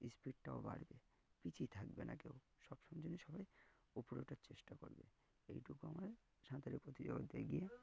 স্পিডটাও বাড়বে পিছিয়েই থাকবে না কেউ সবসম জই সবাই উপরে ওঠার চেষ্টা করবে এইটুকু আমার সাঁতারের প্রতিযোগায় গিয়ে